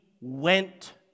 went